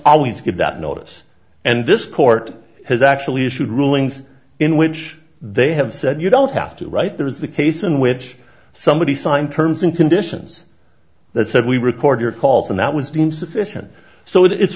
always give that notice and this court has actually issued rulings in which they have said you don't have to right there is the case in which somebody signed terms and conditions that said we record your calls and that was deemed sufficient so it